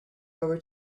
over